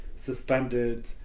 suspended